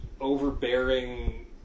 overbearing